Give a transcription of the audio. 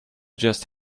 just